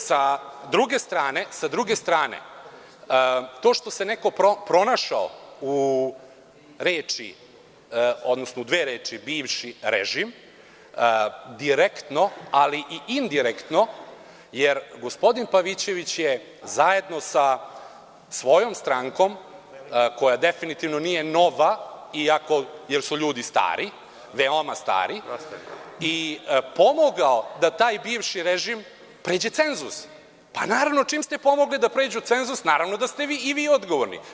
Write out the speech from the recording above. S druge strane, to što se neko pronašao u dve reči – bivši režim, direktno, ali i indirektno, jer gospodin Pavićević je zajedno sa svojom strankom, koja definitivno nije nova jer su ljudi stari, veoma stari, pomogao da taj bivši režim pređe cenzus, pa čim ste pomogli da pređu cenzus, naravno da ste i vi odgovorni.